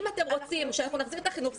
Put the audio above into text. אם אתם רוצים שאנחנו נחזיר את החינוך,